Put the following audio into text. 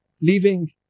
leaving